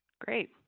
great